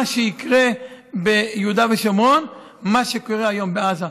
מה שיקרה ביהודה ושומרון הוא מה שקורה היום בעזה.